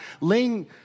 laying